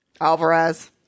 Alvarez